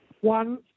One